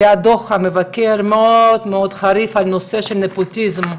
היה דוח מבקר מאוד מאוד חריף על נושא של נפוטיזם,